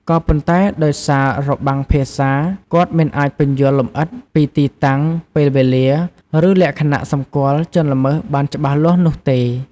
ក៏ប៉ុន្តែដោយសាររបាំងភាសា គាត់មិនអាចពន្យល់លម្អិតពីទីតាំង ពេលវេលា ឬលក្ខណៈសម្គាល់ជនល្មើសបានច្បាស់លាស់នោះទេ។